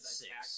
six